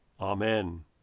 Amen